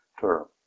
term